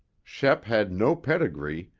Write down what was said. shep had no pedigree,